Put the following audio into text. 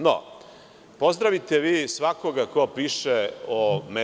No, pozdravite vi svakoga ko piše o meni.